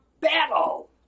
battle